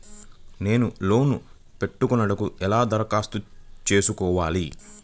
నేను లోన్ పెట్టుకొనుటకు ఎలా దరఖాస్తు చేసుకోవాలి?